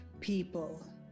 people